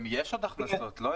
גם יש עוד הכנסות, לא?